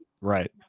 Right